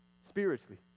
spiritually